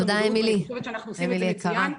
המודעות ואני חושבת שאנחנו עושים את זה מצוין.